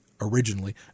originally